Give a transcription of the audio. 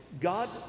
God